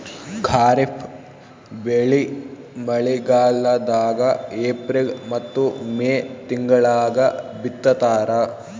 ಖಾರಿಫ್ ಬೆಳಿ ಮಳಿಗಾಲದಾಗ ಏಪ್ರಿಲ್ ಮತ್ತು ಮೇ ತಿಂಗಳಾಗ ಬಿತ್ತತಾರ